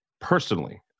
personally